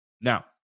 Now